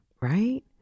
Right